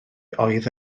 oedd